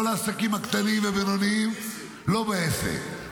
כל העסקים הקטנים והבינוניים לא בעסק,